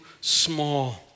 small